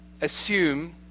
assume